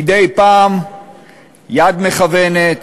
מדי פעם יד מכוונת,